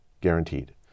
guaranteed